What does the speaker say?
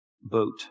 boat